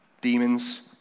demons